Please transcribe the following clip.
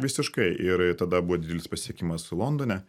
visiškai ir tada buvo didelis pasisekimas londone